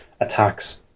attacks